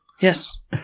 Yes